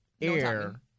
air